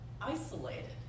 isolated